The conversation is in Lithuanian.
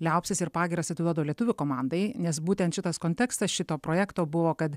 liaupses ir pagyras atiduodu lietuvių komandai nes būtent šitas kontekstas šito projekto buvo kad